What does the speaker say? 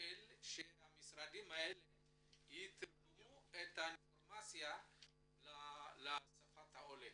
פועל לכך שהמשרדים הללו יתרגמו את האינפורמציה לשפת העולה.